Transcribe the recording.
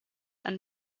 and